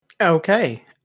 Okay